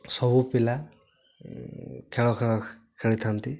ସବୁ ପିଲା ଖେଳ ଖେଳ ଖେଳିଥାନ୍ତି